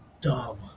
dumb